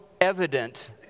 evident